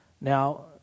Now